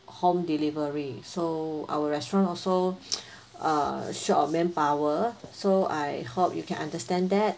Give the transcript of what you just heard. home delivery so our restaurant also uh short of manpower so I hope you can understand that